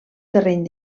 terreny